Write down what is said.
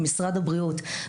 ממשרד הבריאות,